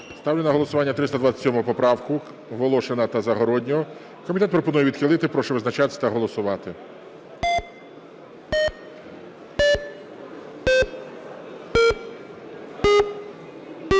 Ставлю на голосування 327 поправку Волошина та Загороднього. Комітет пропонує відхилити. Прошу визначатися та голосувати.